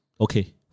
Okay